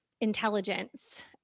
intelligence